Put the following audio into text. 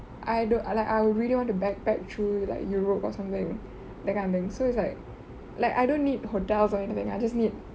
I don't like I would really want to backpack through like europe or something that kind of thing so it's like like I don't need hotels or anything I just need